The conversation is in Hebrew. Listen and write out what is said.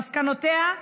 את מסקנותיה,